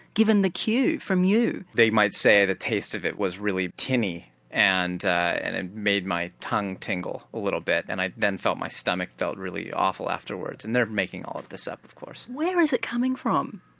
given the cue from you? they might say that the taste of it was really tinny and it and and made my tongue tingle a little bit and i then felt my stomach felt really awful afterwards. and they're making all of this up of course. where is it coming from?